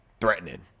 threatening